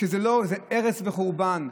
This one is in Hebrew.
שזה הרס וחורבן.